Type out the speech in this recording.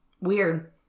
weird